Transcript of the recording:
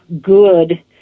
good